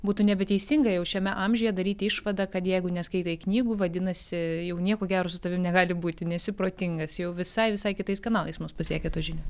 būtų nebeteisinga jau šiame amžiuje daryti išvadą kad jeigu neskaitai knygų vadinasi jau nieko gero su tavim negali būti nesi protingas jau visai visai kitais kanalais mus pasiekia tos žinios